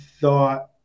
thought